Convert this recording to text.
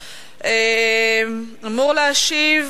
היא תביא המלצות.